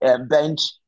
bench